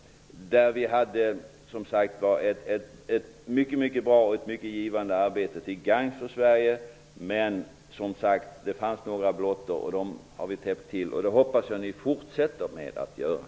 Det var ett mycket bra och givande arbete till gagn för Sverige. Men, som sagt, det fanns några blottor. Dem har vi rättat till. Jag hoppas att ni fortsätter med det arbetet.